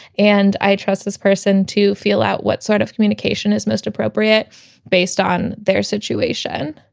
and i trust this person to feel out what sort of communication is most appropriate based on their situation.